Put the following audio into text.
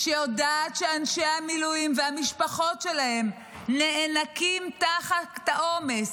שיודעת שאנשי המילואים והמשפחות שלהם נאנקים תחת העומס,